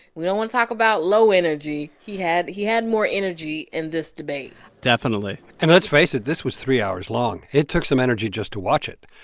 we don't want to talk about low energy. he had he had more energy in this debate definitely and let's face it this was three hours long. it took some energy just to watch it